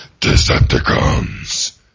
Decepticons